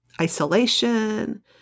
isolation